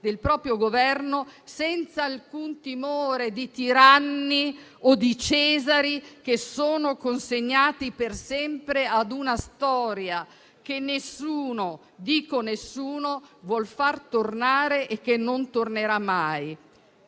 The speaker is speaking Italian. del proprio Governo senza alcun timore di tiranni o di Cesari che sono consegnati per sempre a una storia che nessuno - dico nessuno - vuol far tornare e che non tornerà mai.